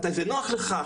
מתי זה נוח לך,